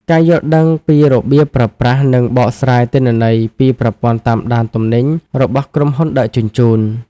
ការយល់ដឹងពីរបៀបប្រើប្រាស់ និងបកស្រាយទិន្នន័យពីប្រព័ន្ធតាមដានទំនិញរបស់ក្រុមហ៊ុនដឹកជញ្ជូន។